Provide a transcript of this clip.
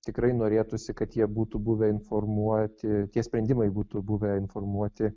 tikrai norėtųsi kad jie būtų buvę informuoti tie sprendimai būtų buvę informuoti